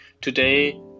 Today